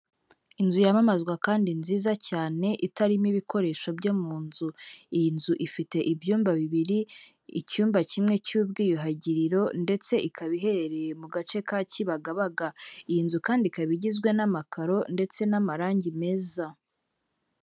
Inzu yamamazwa kandi nziza cyane, itarimo ibikoresho byo mu nzu. Iyi nzu ifite ibyumba bibiri, icyumba kimwe cy'ubwiyuhagiriro ndetse ikaba iherereye mu gace ka Kibagabaga. Iyi nzu kandi ikaba igizwe n'amakaro ndetse n'amarangi meza.